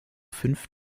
fünf